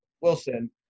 Wilson